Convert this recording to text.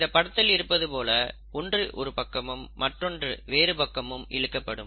இந்த படத்தில் இருப்பது போல ஒன்று ஒரு பக்கமும் மற்றொன்று வேறு பக்கமும் இழுக்கப்படும்